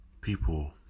people